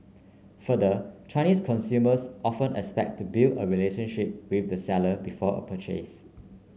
further Chinese consumers often expect to build a relationship with the seller before a purchase